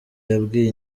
yabwiye